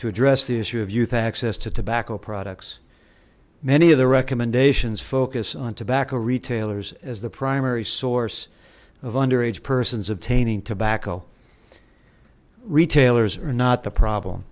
to address the issue of youth access to tobacco products many of the recommendations focus on tobacco retailers as the primary source of underage person's obtaining tobacco retailers are not the problem